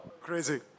Crazy